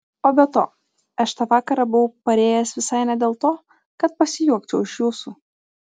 o be to aš tą vakarą buvau parėjęs visai ne dėl to kad pasijuokčiau iš jūsų